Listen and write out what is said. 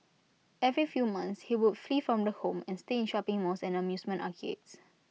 every few months he would flee from the home and stay in shopping malls and amusement arcades